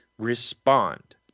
respond